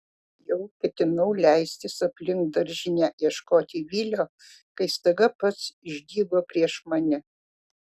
jau ketinau leistis aplink daržinę ieškoti vilio kai staiga pats išdygo prieš mane